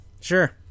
Sure